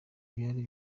byari